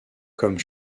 comme